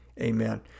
Amen